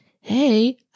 hey